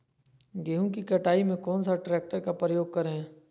गेंहू की कटाई में कौन सा ट्रैक्टर का प्रयोग करें?